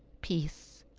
peace!